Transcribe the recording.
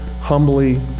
humbly